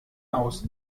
aus